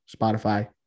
Spotify